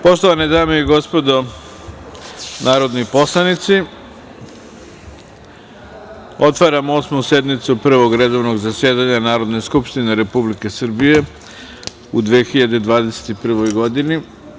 Poštovane dame i gospodo narodni poslanici, otvaram Osmu sednice Prvog redovnog zasedanja Narodne skupštine Republike Srbije u 2021. godini.